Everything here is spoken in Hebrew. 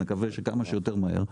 נקווה שכמה שיותר מהר,